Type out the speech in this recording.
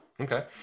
Okay